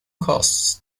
costs